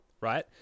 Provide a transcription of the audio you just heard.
right